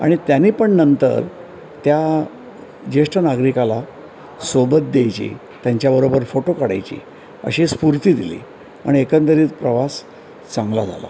आणि त्यांनी पण नंतर त्या ज्येष्ठ नागरिकाला सोबत द्यायची त्यांच्याबरोबर फोटो काढायची अशी स्फूर्ती दिली आणि एकंदरीत प्रवास चांगला झाला